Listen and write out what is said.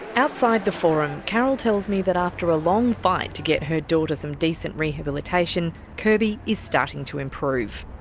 outside the forum, carol tells me that after a long fight to get her daughter some decent rehabilitation, kirby is starting to improve.